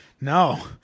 no